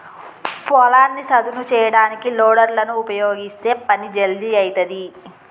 పొలాన్ని సదును చేయడానికి లోడర్ లను ఉపయీగిస్తే పని జల్దీ అయితది